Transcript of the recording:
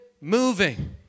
moving